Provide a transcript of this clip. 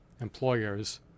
employers